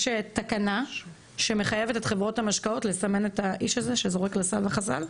יש תקנה שמחייבת את חברות המשקאות לסמן את האיש הזה שזורק לסל וחסל.